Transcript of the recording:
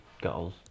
goals